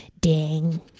Ding